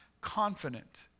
confident